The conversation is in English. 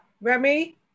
Remy